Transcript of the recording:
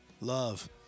Love